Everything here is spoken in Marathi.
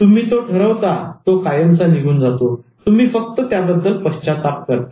" तुम्ही तो ठरवता तो कायमचा निघून जातो तुम्ही फक्त त्याबद्दल पश्चाताप करता